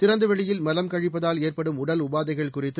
திறந்தவெளியில் மலம் கழிப்பதால் ஏற்படும் உடல் உபாதைகள் குறித்து